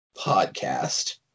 podcast